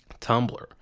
Tumblr